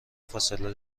فاصله